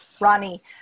Ronnie